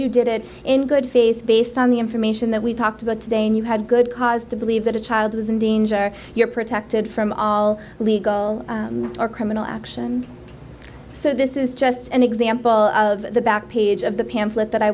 you did it in good faith based on the information that we've talked about today and you had good cause to believe that a child was in danger you're protected from all legal or criminal action so this is just an example of the back page of the pamphlet that i